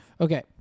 Okay